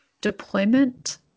deployment